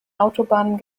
autobahnen